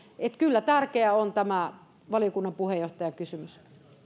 ja kyllä tärkeä on tämä valiokunnan puheenjohtajan kysymys